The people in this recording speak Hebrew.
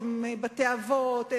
בתי-אבות,